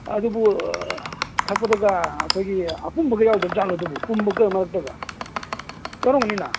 ꯑꯗꯨꯕꯨ ꯊꯛꯄꯗꯒ ꯑꯩꯈꯣꯏꯒꯤ ꯑꯄꯨꯝꯕꯒ ꯌꯥꯎꯗꯖꯥꯠꯂꯣ ꯑꯗꯨꯕꯨ ꯄꯨꯝꯕꯒ ꯃꯔꯛꯇꯒ ꯌꯥꯎꯔꯝꯒꯅꯤꯅ